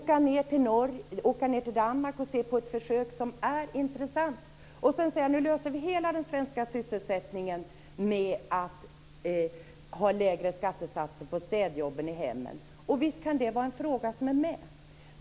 Visst kan man åka till Danmark, se på ett försök som är intressant och sedan säga: Nu löser vi hela den svenska sysselsättningen genom att ha lägre skattesatser på städjobben i hemmen. Och visst kan det vara en fråga som är med.